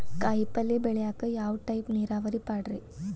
ಕಾಯಿಪಲ್ಯ ಬೆಳಿಯಾಕ ಯಾವ ಟೈಪ್ ನೇರಾವರಿ ಪಾಡ್ರೇ?